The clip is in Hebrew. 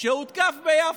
שהותקף ביפו.